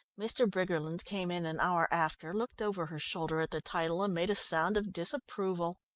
mr. briggerland came in an hour after, looked over her shoulder at the title, and made a sound of disapproval.